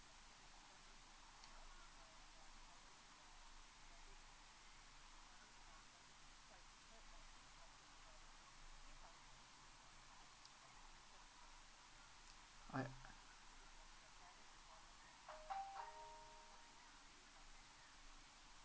I